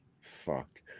Fuck